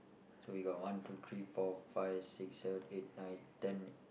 so you go one two three four five six seven eight nine ten